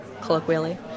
colloquially